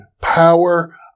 Power